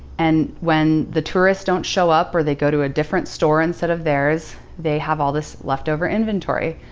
and when the tourists don't show up, or they go to a different store instead of theirs, they have all this leftover inventory.